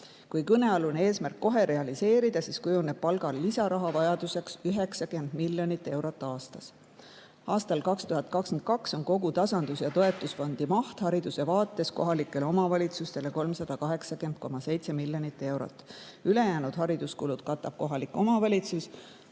Kui kõnealune eesmärk kohe realiseerida, siis kujuneb palgalisaraha vajaduseks 90 miljonit eurot aastas. Aastal 2022 on kogu tasandus- ja toetusfondi maht hariduse vaates kohalikele omavalitsustele 380,7 miljonit eurot. Ülejäänud hariduskulud katab kohalik omavalitsus